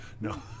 No